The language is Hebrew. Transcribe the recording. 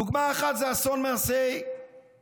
דוגמה אחת זה אסון מעשה הטבע